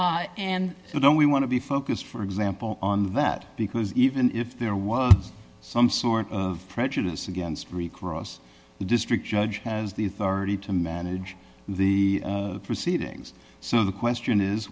then we want to be focused for example on that because even if there was some sort of prejudice against recross the district judge has the authority to manage the proceedings so the question is